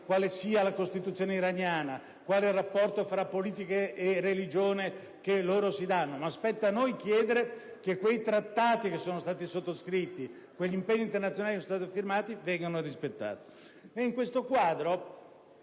quale sia la Costituzione iraniana, quale il rapporto tra politica e religione da loro stabilito, ma spetta a noi chiedere che i trattati che sono stati sottoscritti, gli impegni internazionali che sono stati firmati vengano rispettati.